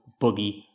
Boogie